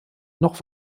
noch